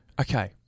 Okay